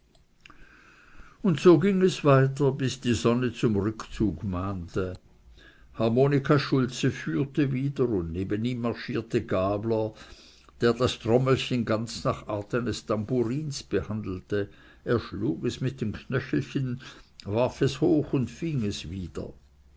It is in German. und so ging es weiter bis die sonne zum rückzug mahnte harmonika schulze führte wieder und neben ihm marschierte gabler der das trommelchen ganz nach art eines tambourins behandelte er schlug es mit den knöcheln warf es hoch und fing es wieder